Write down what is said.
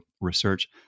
research